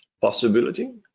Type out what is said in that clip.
possibility